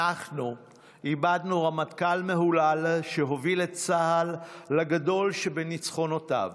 אנחנו איבדנו רמטכ"ל מהולל שהוביל את צה"ל לגדול שבניצחונותיו,